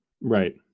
Right